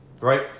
Right